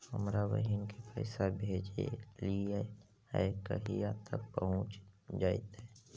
हमरा बहिन के पैसा भेजेलियै है कहिया तक पहुँच जैतै?